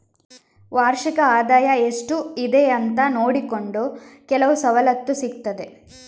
ವಾರ್ಷಿಕ ಆದಾಯ ಎಷ್ಟು ಇದೆ ಅಂತ ನೋಡಿಕೊಂಡು ಕೆಲವು ಸವಲತ್ತು ಸಿಗ್ತದೆ